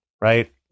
right